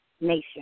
nation